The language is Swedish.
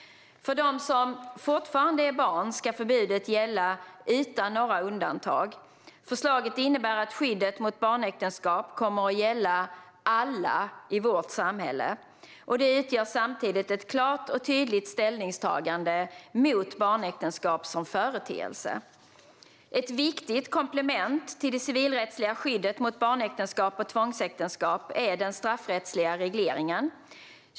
För dem som fortfarande är barn ska förbudet gälla utan några undantag. Förslaget innebär att skyddet mot barnäktenskap kommer att gälla alla i vårt samhälle. Det utgör samtidigt ett klart och tydligt ställningstagande mot barnäktenskap som företeelse. Ett viktigt komplement till det civilrättsliga skyddet mot barnäktenskap och tvångsäktenskap är den straffrättsliga regleringen.